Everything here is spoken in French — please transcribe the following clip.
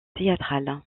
théâtrale